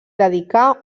dedicà